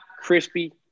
crispy